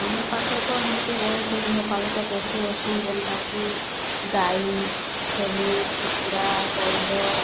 ଆମର ପାଖେ ତ ହେନ୍ତି ବହୁତଟେ ଗୃହପାଳିତ ପଶୁ ଅଛନ୍ ଯେନ୍ଟାକି ଗାଈ ଛେଳି କୁକୁଡ଼ା ବଳଦ